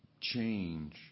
change